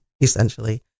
essentially